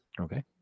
Okay